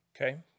Okay